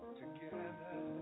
together